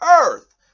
earth